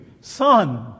son